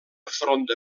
fronda